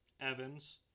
evans